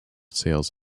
sales